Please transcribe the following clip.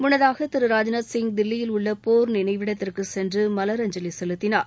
முன்னதாக திரு ராஜ்நாத்சிங் தில்லியில் உள்ள போர் நினைவிடத்திற்கு சென்று மலரஞ்சலி செலுத்தினார்